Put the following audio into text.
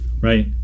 right